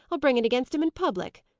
i'll bring it against him in public.